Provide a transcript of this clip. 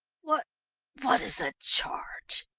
what what is the charge?